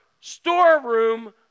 storeroom